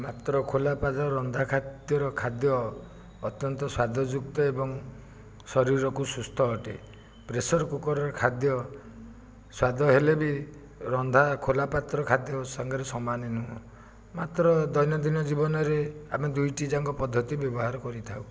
ମାତ୍ର ଖୋଲା ପାତ୍ରରେ ରନ୍ଧା ଖାଦ୍ୟର ଖାଦ୍ୟ ଅତ୍ୟନ୍ତ ସ୍ଵାଦଯୁକ୍ତ ଏବଂ ଶରୀରକୁ ସୁସ୍ଥ ଅଟେ ପ୍ରେସର କୁକରର ଖାଦ୍ୟ ସ୍ୱାଦ ହେଲେ ବି ରନ୍ଧା ଖୋଲା ପାତ୍ର ଖାଦ୍ୟ ସାଙ୍ଗରେ ସମାନେ ନୁହଁ ମାତ୍ର ଦୈନନ୍ଦିନ ଜୀବନରେ ଆମେ ଦୁଇଟିଯାକ ପଦ୍ଧତି ବ୍ୟବହାର କରିଥାଉ